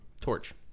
torch